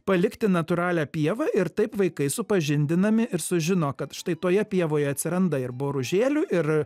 palikti natūralią pievą ir taip vaikai supažindinami ir sužino kad štai toje pievoje atsiranda ir boružėlių ir